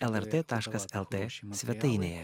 lrt taškas lt svetainėje